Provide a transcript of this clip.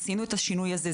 עשינו את השינוי הזה,